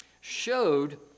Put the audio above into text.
showed